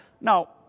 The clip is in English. Now